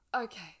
Okay